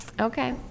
Okay